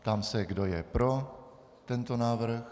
Ptám se, kdo je pro tento návrh.